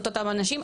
את אותם אנשים.